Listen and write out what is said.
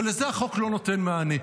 ולזה החוק לא נותן מענה.